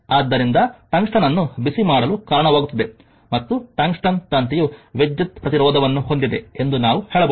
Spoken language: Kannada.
ಆದ್ದರಿಂದ ಟಂಗ್ಸ್ಟನ್ ಅನ್ನು ಬಿಸಿಮಾಡಲು ಕಾರಣವಾಗುತ್ತದೆ ಮತ್ತು ಟಂಗ್ಸ್ಟನ್ ತಂತಿಯು ವಿದ್ಯುತ್ ಪ್ರತಿರೋಧವನ್ನು ಹೊಂದಿದೆ ಎಂದು ನಾವು ಹೇಳಬಹುದು